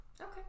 Okay